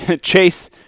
chase